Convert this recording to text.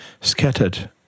scattered